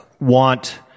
want